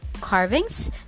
carvings